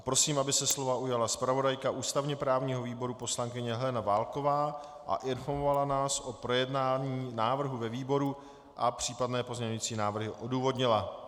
Prosím, aby se slova ujala zpravodajka ústavněprávního výboru poslankyně Helena Válková a informovala nás o projednání návrhu ve výboru a případné pozměňovací návrhy odůvodnila.